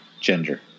gender